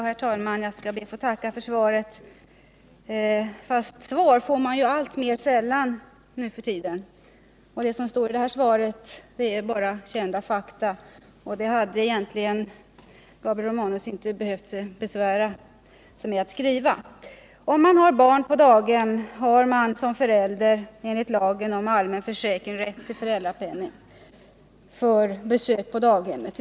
Herr talman! Jag skall be att få tacka för svaret. Några riktiga svar får man alltmer sällan nu för tiden. Det som står i det här svaret är bara kända fakta, och Gabriel Romanus hade egentligen inte behövt besvära sig med att skriva det. Om man har barn på daghem har man som förälder enligt lagen om allmän försäkring rätt till föräldrapenning för besök på daghemmet.